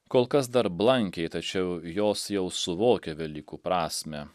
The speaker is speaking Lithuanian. kol kas dar blankiai tačiau jos jau suvokia velykų prasmę